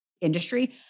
industry